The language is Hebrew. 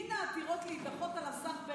דין העתירות להידחות על הסף,